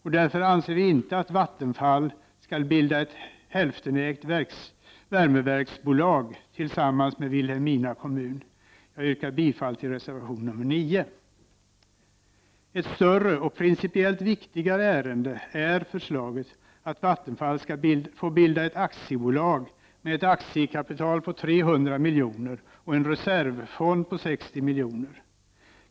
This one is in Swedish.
Vi anser därför inte att Vattenfall skall bilda ett hälftenägt värmeverksbolag tillsammans med Vilhelmina kommun. Jag skall senare utveckla dessa synpunkter. Jag yrkar bifall till reservation nr 9. Ett större och principiellt viktigare ärende är förslaget att Vattenfall skall få bilda ett aktiebolag med ett aktiekapital på 300 miljoner och en reservfond på 60 miljoner.